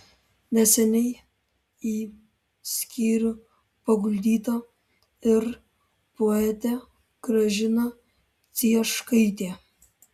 neseniai į skyrių paguldyta ir poetė gražina cieškaitė